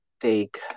take